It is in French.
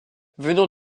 venant